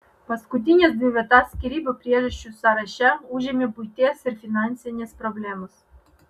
paskutines dvi vietas skyrybų priežasčių sąraše užėmė buities ir finansinės problemos